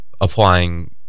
applying